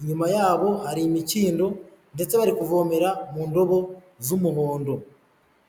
inyuma yabo hari imikindo ndetse bari kuvomera mu ndobo z'umuhondo.